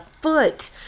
foot